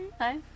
Hi